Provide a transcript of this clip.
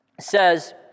says